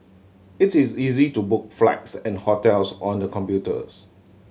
it is easy to book flights and hotels on the computers